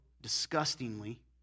disgustingly